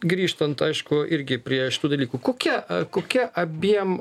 grįžtant aišku irgi prie šitų dalykų kokia kokia abiem